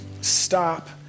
stop